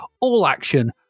all-action